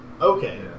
Okay